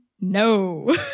No